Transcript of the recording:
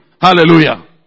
Hallelujah